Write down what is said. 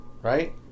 Right